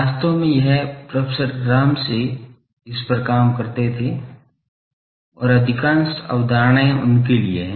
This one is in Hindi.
वास्तव में यह प्रोफेसर रामसे इस पर काम करते थे और अधिकांश अवधारणाएं उनके लिए हैं